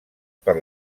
per